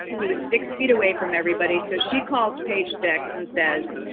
he was six feet away from everybody. so, she calls page six and says,